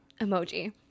emoji